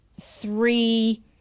three